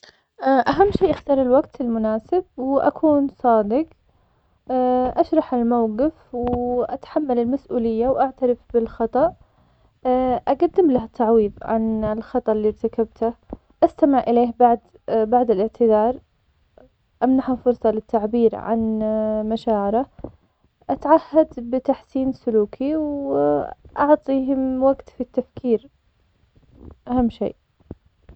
أهم شي أختار الوقت الناسب, وأكون صادق, أشرح الموقف, وأتحمل المسؤولية, وأعترف بالخطأ, أقدم له تعويض عن الخطأ اللي ارتكبته, أستمع إليه بعد- بعد الإعتذار, أمنحه فرصة للتعبير عن مشاعره, أتعهد بتحسين سلوكي, و أعطيهم وقت في التفكير, أهم شي.